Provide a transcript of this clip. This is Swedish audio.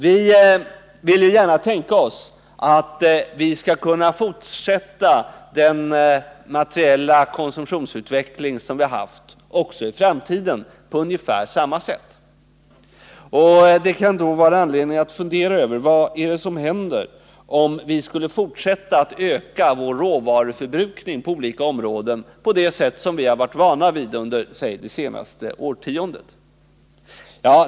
Vi vill gärna tänka oss att vi också i framtiden på ungefär samma sätt som hittills skall kunna fortsätta den materiella konsumtionsutveckling som vi har haft. Det kan då finnas anledning att fundera över vad som skulle hända, om vi skulle fortsätta att öka vår råvaruförbrukning på olika områden på det sätt som vi varit vana vid under exempelvis det senaste årtiondet.